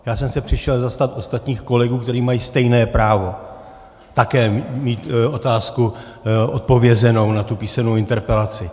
Já jsem se přišel zastat ostatních kolegů, kteří mají stejné právo také mít otázku odpovězenou na tu písemnou interpelaci.